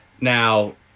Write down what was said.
Now